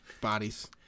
Bodies